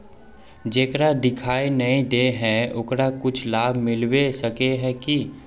जेकरा दिखाय नय दे है ओकरा कुछ लाभ मिलबे सके है की?